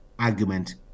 argument